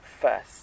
first